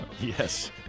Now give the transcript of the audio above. Yes